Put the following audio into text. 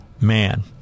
man